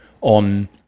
on